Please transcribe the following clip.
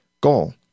goal